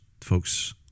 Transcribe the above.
folks